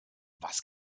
was